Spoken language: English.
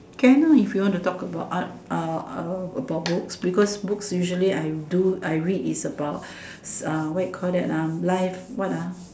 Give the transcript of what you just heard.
can ah if you want to talk about uh uh uh about books because books usually I do I read is about s~ what you call that ah life what ah